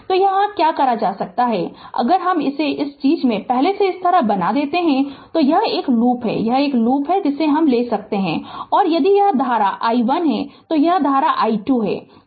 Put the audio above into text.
तो क्या कर सकता है अगर हम इसे इस चीज़ से पहले इस तरह बना देते है तो यह एक लूप है यह एक और लूप ले सकता है और यदि यह धारा i1 है तो यह धारा i2 है